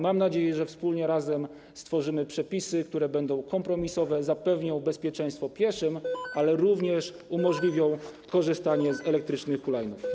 Mam nadzieję, że wspólnie stworzymy przepisy, które będą kompromisowe, zapewnią bezpieczeństwo pieszym, ale również umożliwią korzystanie z elektrycznych hulajnóg.